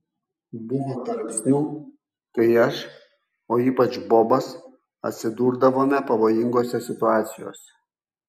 buvo tarpsnių kai aš o ypač bobas atsidurdavome pavojingose situacijose